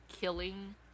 killing